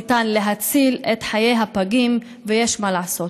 ניתן להציל את חיי הפגים, ויש מה לעשות.